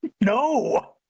no